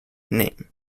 name